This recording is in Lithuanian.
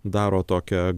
daro tokią